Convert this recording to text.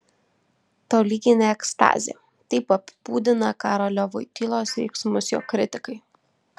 tolyginė ekstazė taip apibūdina karolio voitylos veiksmus jo kritikai